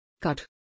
Cut